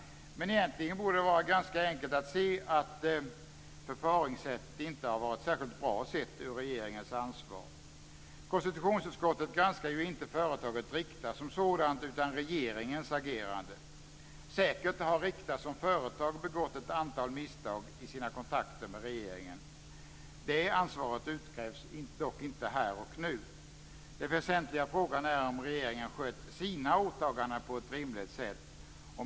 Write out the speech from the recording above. Men egentligen borde det vara ganska enkelt att se att förfaringssättet inte har varit särskilt bra sett ur regeringens ansvar. Konstitutionsutskottet granskar ju inte företaget Rikta som sådant utan regeringens agerande. Säkert har Rikta som företag begått ett antal misstag i sina kontakter med regeringen. Det ansvaret utkrävs dock inte här och nu. Den väsentliga frågan är om regeringen skött sina åtaganden på ett rimligt sätt.